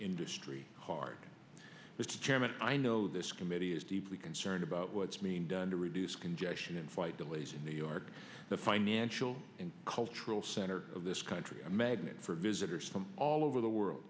industry hard its chairman i know this committee is deeply concerned about what's mean done to reduce congestion and flight delays in new york the financial and cultural center of this country a magnet for visitors from all over the world